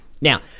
Now